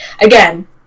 again